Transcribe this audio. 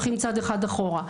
הולכים צעד אחד אחורה.